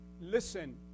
listen